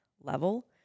level